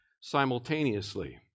simultaneously